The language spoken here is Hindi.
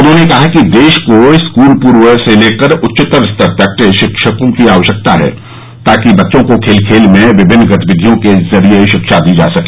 उन्होंने कहा कि देश को स्कूल पूर्व से लेकर उच्चतर स्तर तक के शिक्षकों की आवश्यकता है ताकि बच्चों को खेल खेल में विभिन्न गतिविधियों के जरिये शिक्षा दी जा सके